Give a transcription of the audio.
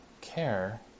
care